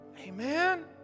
Amen